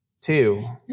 two